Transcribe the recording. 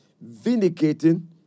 vindicating